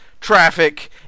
traffic